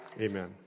Amen